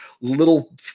little